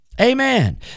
Amen